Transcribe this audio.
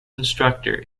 instructor